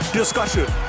discussion